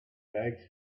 bags